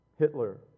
Hitler